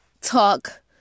talk